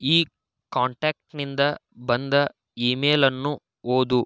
ಈ ಕಾಂಟ್ಯಾಕ್ಟ್ನಿಂದ ಬಂದ ಇ ಮೇಲನ್ನು ಓದು